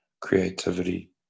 creativity